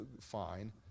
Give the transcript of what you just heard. fine